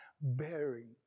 bearing